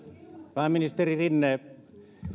pääministeri rinne